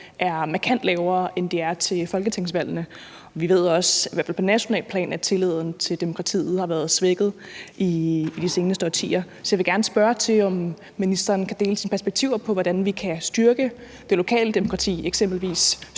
er markant lavere, end de er til folketingsvalgene. Vi ved også – i hvert fald på nationalt plan – at tilliden til demokratiet har været svækket i de seneste årtier. Så jeg vil gerne spørge, om ministeren kan dele sine perspektiver på, hvordan vi kan styrke det lokale demokrati, eksempelvis